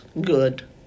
good